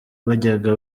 wajyaga